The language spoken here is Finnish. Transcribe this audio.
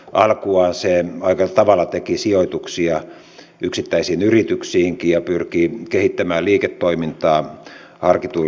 alkuaan se aika tavalla teki sijoituksia yksittäisiin yrityksiinkin ja pyrki kehittämään liiketoimintaa harkituilla aloilla